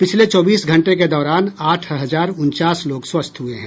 पिछले चौबीस घंटे के दौरान आठ हजार उनचास लोग स्वस्थ हुए हैं